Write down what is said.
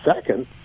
second